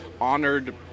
honored